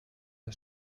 der